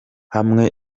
hamwe